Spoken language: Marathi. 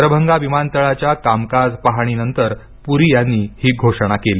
दरभंगा विमानतळाच्या कामकाज पाहणीनंतर पुरी यांनी ही घोषणा केली